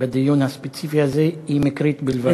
בדיון הספציפי הזה היא מקרית בלבד.